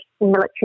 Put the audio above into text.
military